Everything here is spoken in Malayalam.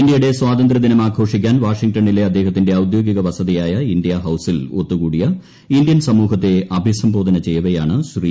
ഇൻഡ്യയുടെ സ്വാതന്ത്യദിനം ആഘോഷിക്കാൻ വാഷിംങ്ടണിലെ അദ്ദേഹത്തിന്റെ ഔദ്യോഗിക വസതിയായ ഇൻഡ്യ ഹൌസിൽ ഒത്തുകൂടിയ ഇൻഡ്യൻ സമൂഹ്ഹത്തെ അഭിസംബോധന ചെയ്യവേയാണ് ശ്രീ